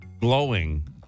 glowing